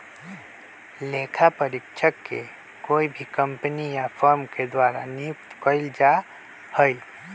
लेखा परीक्षक के कोई भी कम्पनी या फर्म के द्वारा नियुक्त कइल जा हई